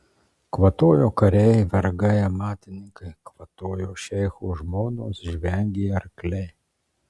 kvatojo kariai vergai amatininkai kvatojo šeicho žmonos žvengė arkliai